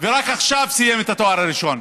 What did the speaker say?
ורק עכשיו סיים את התואר הראשון.